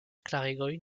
klarigoj